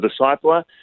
discipler